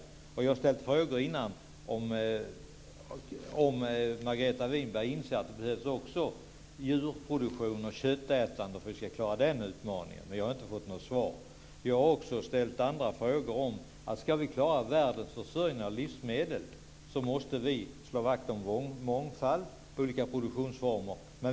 Jag har tidigare ställt frågor gällande om Margareta Winberg också inser att det behövs djurproduktion och köttätande för att vi ska klara den här utmaningen, men jag har inte fått något svar. Jag har dessutom ställt andra frågor om att ska vi klara världens försörjning av livsmedel måste vi slå vakt om mångfald och olika produktionsformer.